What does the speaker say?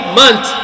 month